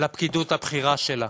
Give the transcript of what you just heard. לפקידות הבכירה שלה,